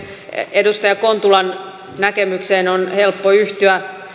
edustaja kontulan näkemykseen on helppo yhtyä